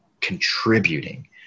contributing